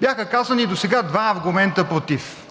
Бяха казани досега два аргумента против.